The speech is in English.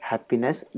Happiness